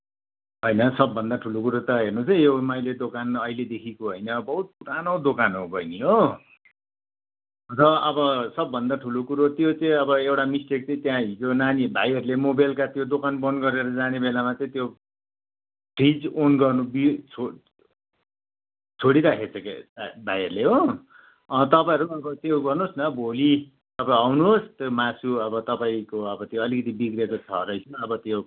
होइन सबभन्दा ठुलो कुरो त हेर्नुहोस् है यो मैले दोकान अहिलेदेखिको होइन बहुत पुरानो दोकान हो बहिनी हो र अब सबभन्दा ठुलो कुरो त्यो चाहिँ अब एउटा मिस्टेक चाहिँ त्यहाँ हिजो नानी भाइहरूले म बेलुका त्यो दोकान बन्द गरेर जाने बेलामा चाहिँ त्यो फ्रिज ओन गर्नु बिर् छो छोडिराखेछ के भाइहरूले हो तपाईँहरू अब त्यो गर्नुहोस् न भोलि तपाईँ आउनुहोस् त्यो मासु अब तपाईँको अब त्यो अलिकति बिग्रेको छ रहेछ अब त्यो